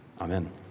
Amen